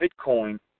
Bitcoin